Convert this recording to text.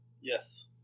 Yes